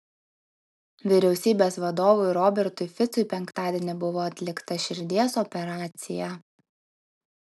vyriausybės vadovui robertui ficui penktadienį buvo atlikta širdies operacija